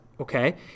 Okay